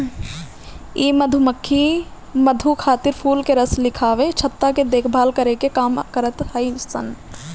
इ मधुमक्खी मधु खातिर फूल के रस लियावे, छत्ता के देखभाल करे के काम करत हई सन